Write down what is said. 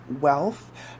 wealth